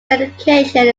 dedication